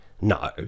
no